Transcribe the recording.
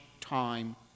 time